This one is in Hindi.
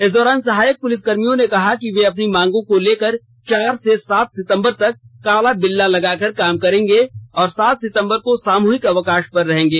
इस दौरान सहायक पुलिसकर्मियों ने कहा कि वे अपनी मांगों को लेकर चार से सात सितंबर तक काला बिल्ला लगाकर काम करेंगे और सात सितंबर को सामुहिक अवकाश पर रहेंगे